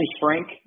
Frank